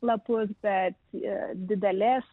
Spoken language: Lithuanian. lapus tad didelės